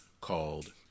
called